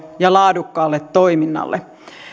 ja laadukkaalta toiminnalta